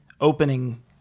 opening